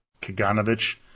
Kaganovich